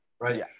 right